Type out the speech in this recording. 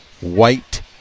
white